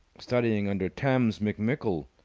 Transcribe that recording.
studying under tamms mcmickle.